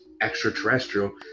extraterrestrial